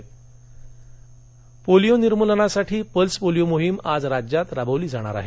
polio polio निर्मूलनासाठीची pulse polio मोहीम आज राज्यात राबवली जाणार आहे